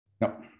No